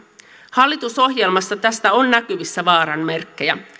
hallitusohjelmassa tästä on näkyvissä vaaran merkkejä